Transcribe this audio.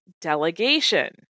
delegation